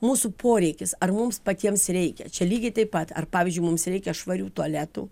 mūsų poreikis ar mums patiems reikia čia lygiai taip pat ar pavyzdžiui mums reikia švarių tualetų